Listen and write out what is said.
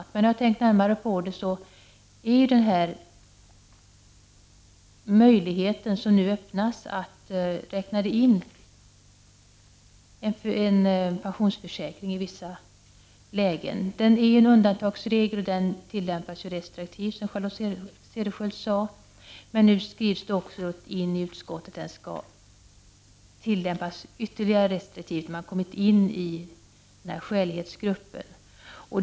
Men efter att ha tänkt över det hela menar jag att den möjlighet som nu öppnas, möjligheten att räkna in en pensionsförsäkring i vissa lägen, är en undantagsregel som i sig skall tillämpas restriktivt som Charlotte Cederschiöld sade. Nu har utskottet dessutom skrivit in i betänkandet att denna regel skall tillämpas med ytterligare restriktivitet, efter det att den har kommit in i ”skälighetsgruppen”.